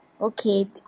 Okay